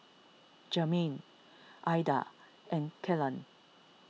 Germaine Eda and Kellan